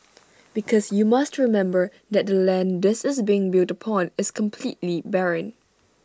because you must remember that the land this is being built upon is completely barren